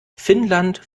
finnland